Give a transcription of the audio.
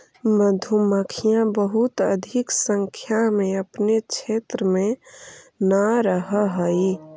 मधुमक्खियां बहुत अधिक संख्या में अपने क्षेत्र में न रहअ हई